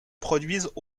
produisent